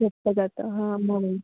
स्वस्त जातं हां म्हणून